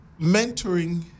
mentoring